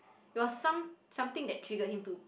there was some something that triggered him to